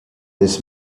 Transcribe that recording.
this